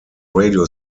radio